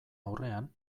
aurrean